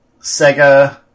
Sega